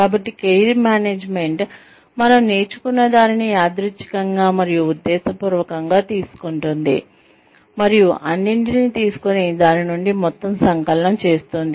కాబట్టి career management మనం నేర్చుకున్నదానిని యాదృచ్ఛికంగా మరియు ఉద్దేశపూర్వకంగా తీసుకుంటోంది మరియు అన్నింటినీ తీసుకొని దాని నుండి మొత్తం సంకలనం చేస్తుంది